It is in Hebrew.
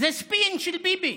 זה ספין של ביבי,